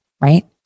right